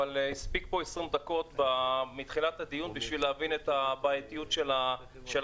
אבל הספיקו פה 20 דקות מתחילת הדיון בשביל להבין את הבעייתיות של הנושא,